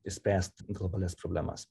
išspręst globalias problemas